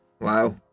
Wow